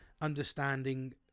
understanding